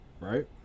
right